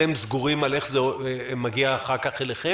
אתם סגורים על איך זה מגיע אחר כך אליכם?